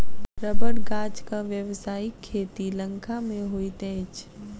रबड़ गाछक व्यवसायिक खेती लंका मे होइत अछि